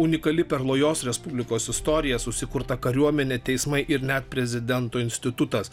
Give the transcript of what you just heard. unikali perlojos respublikos istorija susikurta kariuomenė teismai ir net prezidento institutas